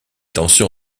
tensions